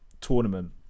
tournament